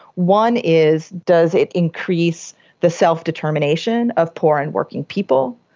one is does it increase the self-determination of poor and working people?